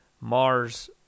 Mars